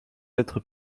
être